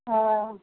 हाँ